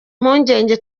mpungenge